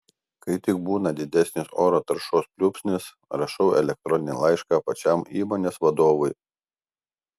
kai tik būna didesnis oro taršos pliūpsnis rašau elektroninį laišką pačiam įmonės vadovui